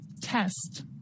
Test